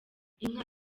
inka